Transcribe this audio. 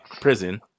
prison